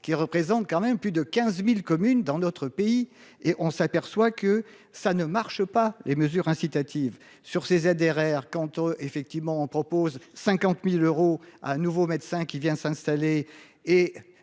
qui représente quand même plus de 15.000 communes dans notre pays et on s'aperçoit que ça ne marche pas. Les mesures incitatives sur ces ZRR quant effectivement propose 50.000 euros à un nouveau médecin qui vient s'installer